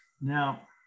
Now